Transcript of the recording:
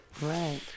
Right